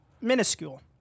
minuscule